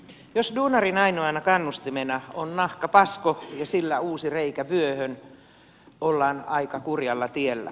jos duunarin ainoana kannustimena on nahkapasko ja sillä uusi reikä vyöhön ollaan aika kurjalla tiellä